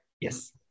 Yes